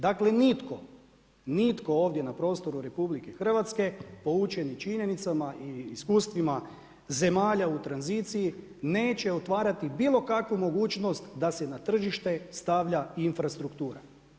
Dakle, nitko, nitko ovdje na prostoru RH, poučeni činjenicama i iskustvima zemalja u tranziciji neće otvarati bilo kakvu mogućnost, da se na tržište stavlja infrastruktura.